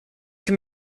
can